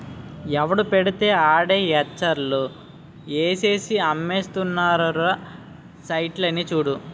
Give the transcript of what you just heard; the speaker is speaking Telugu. ఎవడు పెడితే ఆడే ఎంచర్లు ఏసేసి అమ్మేస్తున్నారురా సైట్లని చూడు